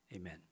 Amen